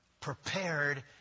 prepared